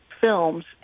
films